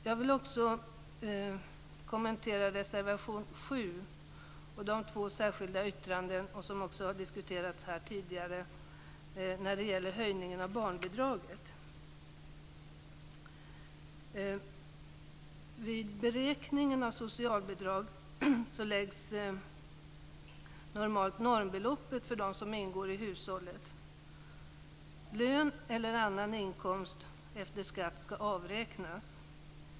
Jag vill också kommentera reservation nr 7 och de två särskilda yttranden som tidigare har diskuterats här och som gäller höjningen av barnbidraget. Vid beräkningen av socialbidrag baseras normalt normbeloppet på det antal personer som ingår i hushållet. Lön eller annan inkomst efter skatt skall avräknas.